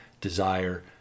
desire